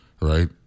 right